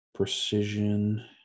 Precision